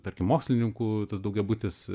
tarkim mokslininkų tas daugiabutis